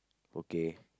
okay